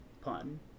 pun